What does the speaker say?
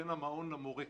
בין המעון למורה.